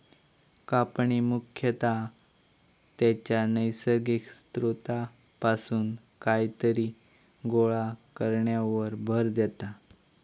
कापणी मुख्यतः त्याच्या नैसर्गिक स्त्रोतापासून कायतरी गोळा करण्यावर भर देता